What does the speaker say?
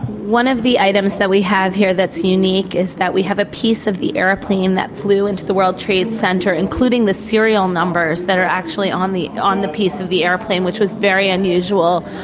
one of the items that we have here that's unique is that we have a piece of the airplane that flew into the world trade center, including the serial numbers that are actually on the on the piece of the airplane, which is very unusual,